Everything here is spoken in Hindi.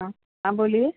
हाँ हाँ बोलिए